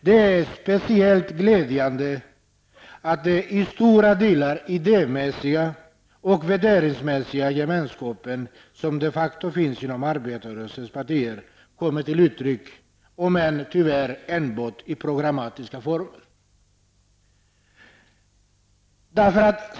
Det är speciellt glädjande att den i stora delar idémässiga och värderingsmässiga gemenskapen som de facto finns inom arbetarrörelsens partier kommer till uttryck, om än tyvärr enbart i programmatisk form.